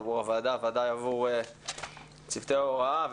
עבור הוועדה ובוודאי עבור צוותי ההוראה,